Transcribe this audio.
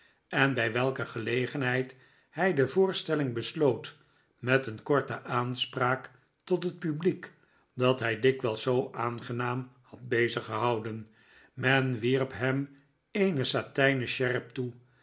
en by welke gelegenheid hij de voorstelling besloot met eene korte aanspraak tot het publiek dat hij dikwijls zoo aangenaam had beziggehouden men wierp hem eene satijnen sjerp toe